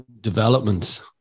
development